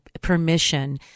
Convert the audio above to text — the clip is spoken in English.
permission